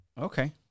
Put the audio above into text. okay